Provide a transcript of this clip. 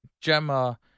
Gemma